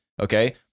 okay